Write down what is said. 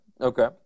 okay